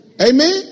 amen